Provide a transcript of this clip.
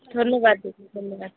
ধন্যবাদ দিদি ধন্যবাদ